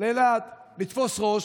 לאילת לתפוס ראש,